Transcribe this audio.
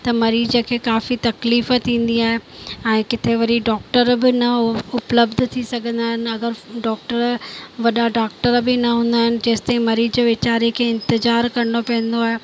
त मरीज खे काफ़ी तकलीफ़ थींदी आहे ऐं किथे वरी डॉक्टर बि न उपलब्ध थी सघंदा आहिनि अगरि डॉक्टर वॾा डॉक्टर बि न हूंदा आहिनि जेसिताईं मरीज वेचारे खे इंतिज़ारु करिणो पवंदो आहे